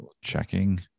checking